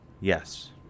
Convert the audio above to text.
Yes